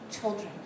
children